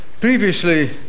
previously